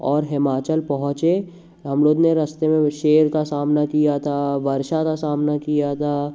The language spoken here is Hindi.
और हिमाचल पहुंचे हम लोग ने रास्ते में भी शेर का सामना किया था वर्षा का सामना किया था